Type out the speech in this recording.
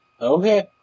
Okay